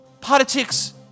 Politics